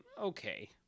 okay